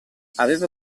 aveva